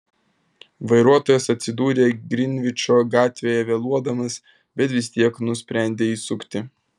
vairuotojas atsidūrė grinvičo gatvėje vėluodamas bet vis tiek nusprendė įsukti